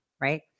right